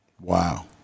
Wow